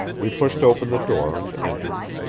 we pushed open the door and entered.